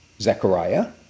Zechariah